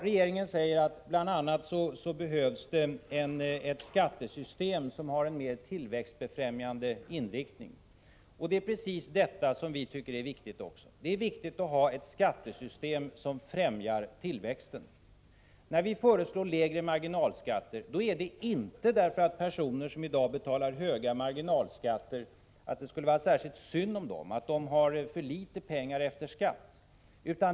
Regeringen säger att det bl.a. behövs ett skattesystem som har en mer tillväxtbefrämjande inriktning. Det är precis detta som vi tycker är viktigt. Det är viktigt att ha ett skattesystem som befrämjar tillväxten. När vi föreslår lägre marginalskatter är det inte därför att det skulle vara särskilt synd om personer som i dag betalar höga marginalskatter, att de har för litet pengar efter skatt.